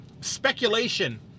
speculation